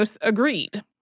agreed